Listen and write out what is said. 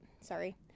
sorry